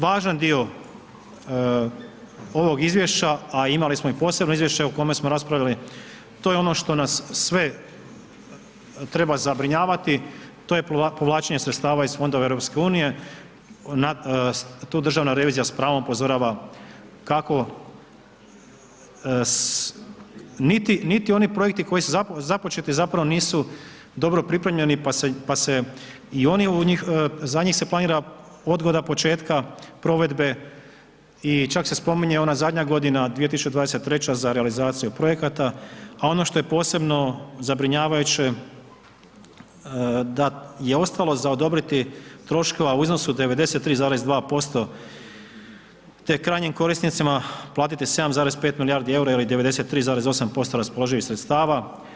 Važan dio ovog izvješća, a imali smo i posebno izvješće o kome smo raspravljali, to je ono što nas sve treba zabrinjavati, to je povlačenje sredstava iz fondova EU, tu Državna revizija s pravom upozorava kako niti oni projekti koji su započeti zapravo nisu dobro pripremljeni, pa se i oni u njih, za njih se planira odgoda početka provedbe i čak se spominje ona zadnja godina od 2023. za realizaciju projekata, a ono što je posebno zabrinjavajuće da je ostalo za odobriti troškova u iznosu od 93,2%, te krajnjim korisnicima platiti 7,5 milijardi EUR-a ili 93,8% raspoloživih sredstava.